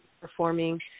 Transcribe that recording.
performing